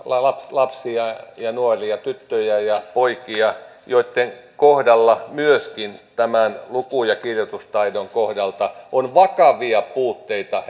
lapsia ja nuoria tyttöjä ja poikia joitten kohdalla myöskin tämän luku ja kirjoitustaidon kohdalta on vakavia puutteita